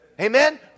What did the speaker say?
Amen